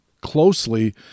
closely